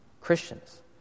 Christians